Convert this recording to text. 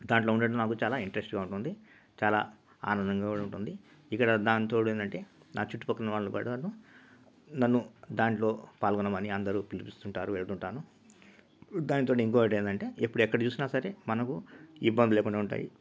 దాంట్లో ఉండటం నాకు చాలా ఇంట్రస్ట్గా ఉంటుంది చాలా ఆనందంగా కూడా ఉంటుంది ఇక్కడ దానికితోడు ఏందంటే నా చుట్టుపక్కన ఉన్న వాళ్ళని కూడాను నన్ను దాంట్లో పాల్గొనమని అందరు పిలుస్తుంటారు వెళుతుంటాను దానికి తోడు ఇంకోటి ఏందంటే ఎప్పుడు ఎక్కడ చూసినా సరే మనకు ఇబ్బంది లేకుండా ఉంటాయి